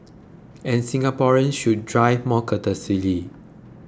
and Singaporeans should drive more courteously